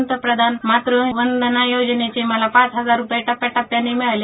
पंतप्रधान मातृ वंदना योजनेचे मला पाच हजार मला टप्याटप्याने मिळाले